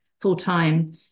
full-time